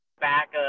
back